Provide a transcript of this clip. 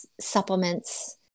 supplements